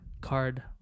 Card